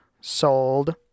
sold